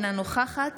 אינה נוכחת